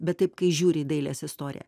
bet taip kai žiūri į dailės istoriją